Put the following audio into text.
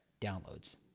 downloads